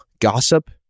gossip